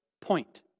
point